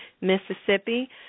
Mississippi